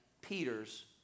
Peter's